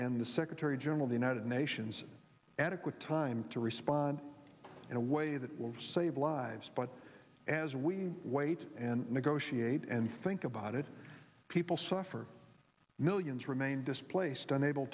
and the secretary general of the united nations adequate time to respond in a way that will save lives but as we wait and negotiate and think about it people suffer millions remain displaced unable